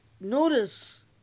notice